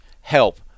help